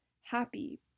happy